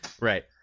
Right